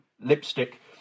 lipstick